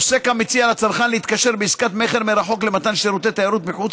עוסק המציע לצרכן להתקשר בעסקת מכר מרחוק למתן שירותי תיירות מחוץ